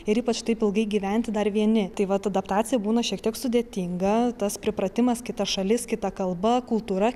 ir ypač taip ilgai gyventi dar vieni tai vat adaptacija būna šiek tiek sudėtinga tas pripratimas kita šalis kita kalba kultūra